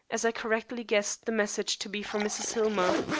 as i correctly guessed the message to be from mrs. hillmer.